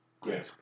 Great